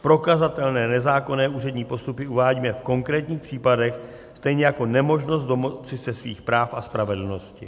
Prokazatelné nezákonné úřední postupy uvádíme v konkrétních případech, stejně jako nemožnost domoci se svých práv a spravedlnosti.